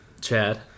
Chad